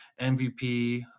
MVP